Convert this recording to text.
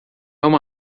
uma